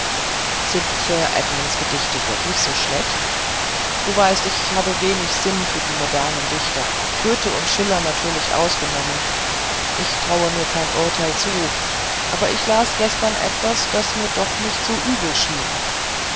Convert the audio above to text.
sind sir edmunds gedichte wirklich so schlecht du weißt ich habe wenig sinn für die modernen dichter goethe und schiller natürlich ausgenommen und ich traue mir kein urteil zu aber ich las gestern etwas das mir doch nicht so übel schien